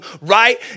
right